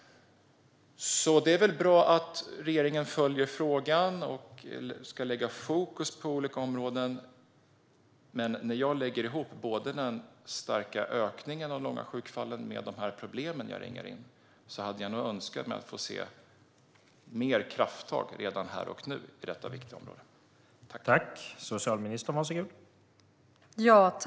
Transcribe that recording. Det är väl bra att regeringen följer frågan och ska lägga fokus på olika områden, men när jag lägger ihop den starka ökningen av de långa sjukfallen med de problem som jag ringar in hade jag nog önskat att få se mer av krafttag på detta viktiga område redan här och nu.